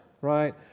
right